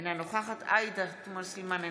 אינה נוכחת עאידה תומא סלימאן,